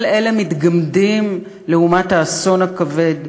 כל אלה מתגמדים לעומת האסון הכבד